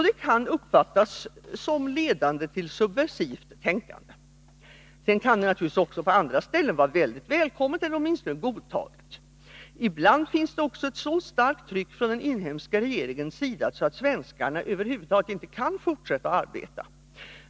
Det kan uppfattas som ledande till subversivt tänkande. Det kan naturligtvis också, på andra ställen, vara mycket välkommet eller åtminstone godtaget. Ibland finns det också ett så starkt tryck från den inhemska regeringens sida att svenskarna över huvud taget inte kan fortsätta att arbeta.